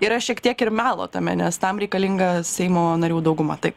yra šiek tiek ir melo tame nes tam reikalinga seimo narių dauguma taip